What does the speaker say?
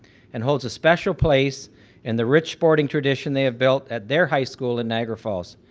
and holds a special place in the right sporting tradition they have built at their high school in niagara falls.